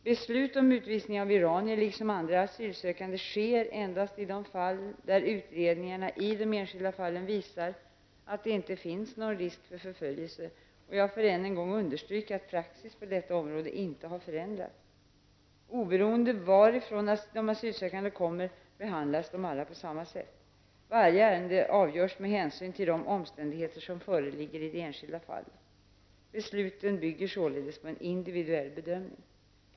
Beslut om utvisning av iranier -- liksom av andra asylsökande -- sker endast i de fall där utredningarna i de enskilda fallen visar att det inte finns någon risk för förföljelse. Jag får än en gång understryka att praxis på detta område inte har förändrats. Oberoende av varifrån de asylsökande kommer, behandlas alla på samma sätt. Varje ärende avgörs med hänsyn till de omständigheter som föreligger i det enskilda fallet. Besluten bygger således på en individuell bedömning.